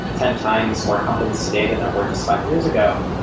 ten times more companies today than there were just five years ago.